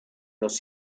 dos